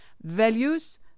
values